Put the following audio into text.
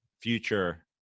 future